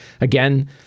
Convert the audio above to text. Again